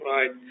Right